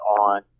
on